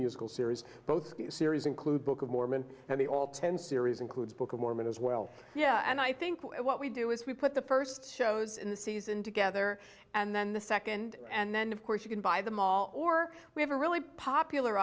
musical series both series include book of mormon and the all ten series includes book of mormon as well yeah and i think what we do is we put the first shows in the season together and then the second and then of course you can buy them all or we have a really popular